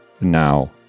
now